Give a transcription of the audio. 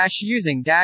using